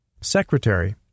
Secretary